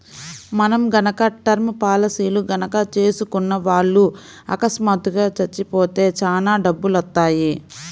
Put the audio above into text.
మనం గనక టర్మ్ పాలసీలు గనక చేసుకున్న వాళ్ళు అకస్మాత్తుగా చచ్చిపోతే చానా డబ్బులొత్తయ్యి